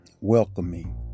welcoming